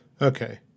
Okay